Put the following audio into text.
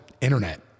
internet